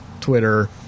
Twitter